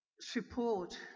support